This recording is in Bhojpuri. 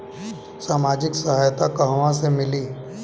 सामाजिक सहायता कहवा से मिली?